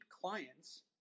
clients